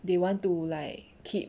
they want to like keep